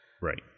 Right